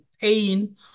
pain